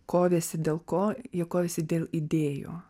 kovėsi dėl ko jie kovėsi dėl idėjų